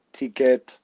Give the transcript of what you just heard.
ticket